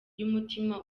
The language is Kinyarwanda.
umutima